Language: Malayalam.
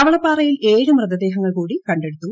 കവളപ്പാറയിൽ ഏഴ് മൃതദേഹങ്ങൾ കൂടി കണ്ടെടുത്തു